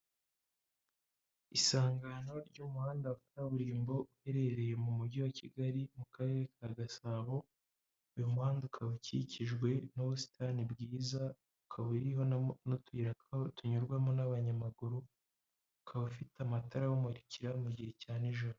Isangano ry'umuhanda wa kaburimbo uherereye mu mujyi wa Kigali mu karere ka Gasabo, uyu muhanda ukaba ukikijwe n'ubusitani bwiza akaba uriho n'utuyira tunyurwamo n'abanyamaguru ukaba ufite n'amatara awumurikira mu gihe cya n'ijoro.